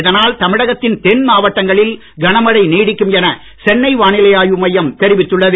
இதனால் தமிழகத்தின் தென்மாவட்டங்களில் கனமழை நீடிக்கும் என சென்னை வானிலை ஆய்வு மையம் தெரிவத்துள்ளது